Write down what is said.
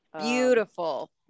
Beautiful